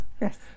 Yes